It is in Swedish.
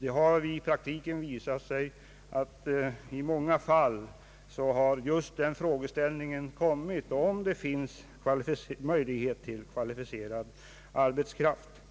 Det har i praktiken visat sig att vid många tillfällen just den frågan har ställts, om det finns kvalificerad arbetskraft